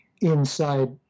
inside